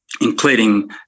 including